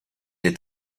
est